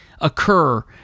occur